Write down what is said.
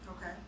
Okay